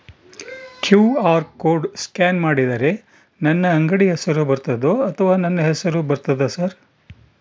QR code scan ಮಾಡಿದರೆ ನನ್ನ ಅಂಗಡಿ ಹೆಸರು ಬರ್ತದೋ ಅಥವಾ ನನ್ನ ಹೆಸರು ಬರ್ತದ ಸರ್?